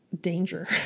danger